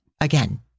Again